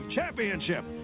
Championship